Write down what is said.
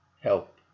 help